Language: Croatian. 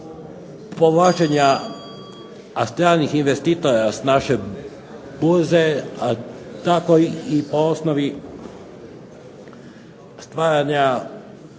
povlačenja stranih investitora s naše burze tako i po osnovi stvaranja